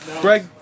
Greg